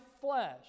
flesh